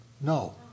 No